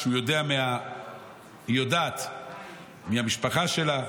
שהיא יודעת מהמשפחה שלה,